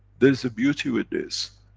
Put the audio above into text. there is a beauty with this.